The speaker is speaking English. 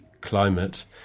climate